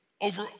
over